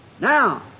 Now